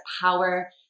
power